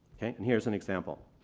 okay. and here's an example.